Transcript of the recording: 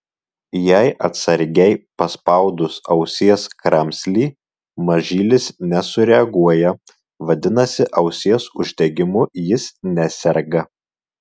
jei atsargiai paspaudus ausies kramslį mažylis nesureaguoja vadinasi ausies uždegimu jis neserga